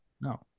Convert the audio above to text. No